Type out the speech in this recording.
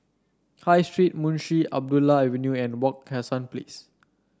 High Street Munshi Abdullah Avenue and Wak Hassan Place